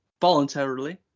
voluntarily